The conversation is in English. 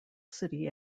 city